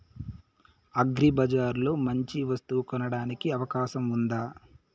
అగ్రిబజార్ లో మంచి వస్తువు కొనడానికి అవకాశం వుందా?